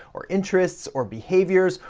or interests, or behaviors,